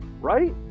right